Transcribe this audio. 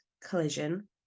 Collision